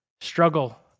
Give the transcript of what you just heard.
struggle